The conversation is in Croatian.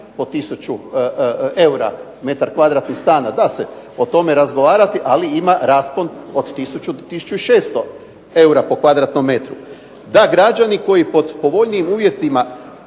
po tisuću eura metar kvadratni stana. Da se o tome razgovarati, ali ima raspon od tisuću do tisuću i 600 eura po kvadratnom metru, da građani koji pod povoljnijim uvjetima